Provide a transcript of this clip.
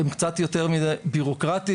קצת יותר מידי בירוקרטים,